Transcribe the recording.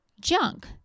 Junk